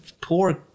poor